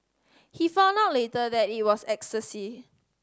he found out later that it was ecstasy